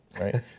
right